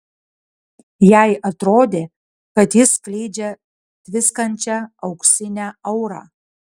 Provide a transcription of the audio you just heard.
jai atrodė kad jis skleidžia tviskančią auksinę aurą